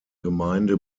gemeinde